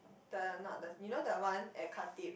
the not the you know the one at Khatib